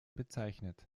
bezeichnet